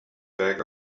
back